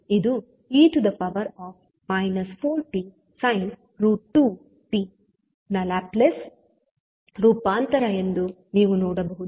ಇದು e 4t sin2t ನ Laplace ರೂಪಾಂತರ ಎಂದು ನೀವು ನೋಡಬಹುದು